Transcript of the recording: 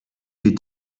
you